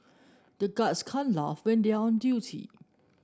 the guards can't laugh when they are on duty